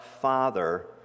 Father